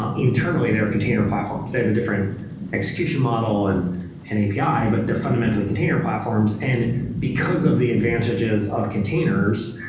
um internally they're container platforms. they have a different execution model and and api, but they're fundamentally container platforms. and because of the advantages of containers,